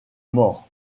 mort